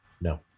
No